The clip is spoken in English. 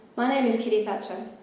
my name is kitty thatcher.